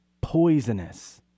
poisonous